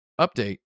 update